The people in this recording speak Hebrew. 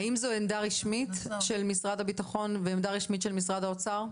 האם זו עמדה רשמית של משרד הביטחון ועמדה רשמית של משרד האוצר?